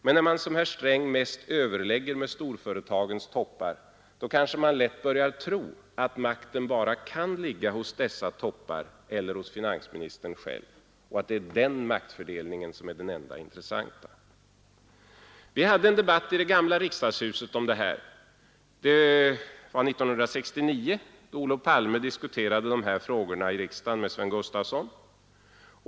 Men när man som herr Sträng mest överlägger med storföretagens toppar, kanske man lätt börjar tro att makten bara kan ligga hos dessa toppar eller hos finansministern själv och att det är den maktfördelningen som är den enda intressanta. Vi hade en debatt i det gamla riksdagshuset om detta. Det var 1969, då Olof Palme i riksdagen diskuterade dessa frågor med Sven Gustafson.